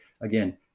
again